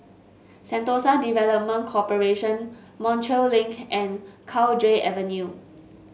Sentosa Development Corporation Montreal Link and Cowdray Avenue